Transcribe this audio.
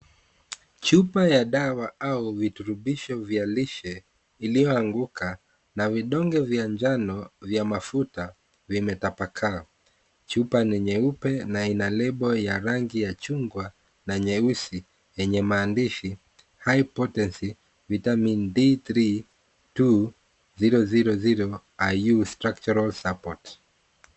Chupa ya dawa au virutubisho vya lishe iliyo anguka na vidonge vya njano vya mafuta vimetapakaa. Chupa ni nyeupe na ina lebo ya rangi ya chungwa na nyeusi yenye maandishi high importance vitamin D3 2 0 0 IU structural support.